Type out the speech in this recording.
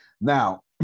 now